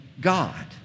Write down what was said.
God